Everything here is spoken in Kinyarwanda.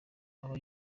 aba